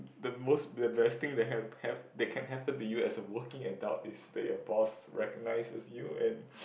the most the best thing that can hap that can happen to you as a working adult is that your boss recognizes you and